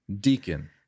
Deacon